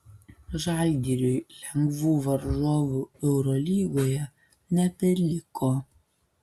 žalgiriui lengvų varžovų eurolygoje nebeliko